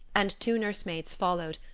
and two nurse-maids followed,